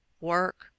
work